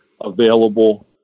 available